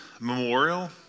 memorial